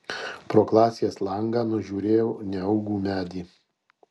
pro klasės langą nužiūrėjau neaugų medį